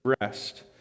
rest